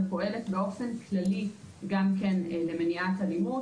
ופועלת באופן כללי למניעת אלימות.